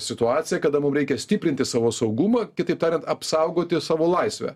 situaciją kada mum reikia stiprinti savo saugumą kitaip tariant apsaugoti savo laisvę